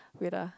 wait ah